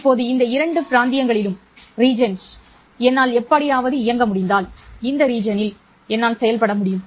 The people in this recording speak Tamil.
இப்போது இந்த இரண்டு பிராந்தியங்களிலும் என்னால் எப்படியாவது இயங்க முடிந்தால் இந்த பிராந்தியத்தில் என்னால் செயல்பட முடியும்